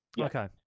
Okay